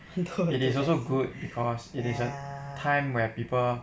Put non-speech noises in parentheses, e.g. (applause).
(laughs) 很多人都在死 ya